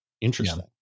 interesting